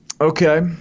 okay